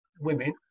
women